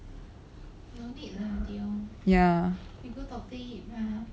ya